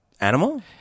animal